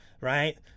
Right